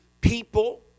people